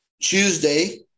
Tuesday